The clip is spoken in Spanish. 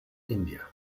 india